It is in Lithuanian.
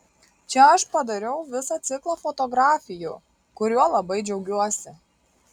čia aš padariau visą ciklą fotografijų kuriuo labai džiaugiuosi